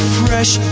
fresh